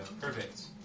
perfect